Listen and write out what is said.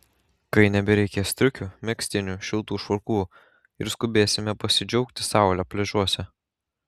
kai nebereikės striukių megztinių šiltų švarkų ir skubėsime pasidžiaugti saule pliažuose